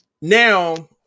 Now